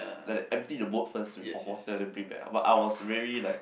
like they emptied the boat first with of water and then bring that up I was very like